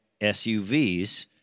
SUVs